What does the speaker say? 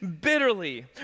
bitterly